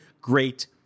great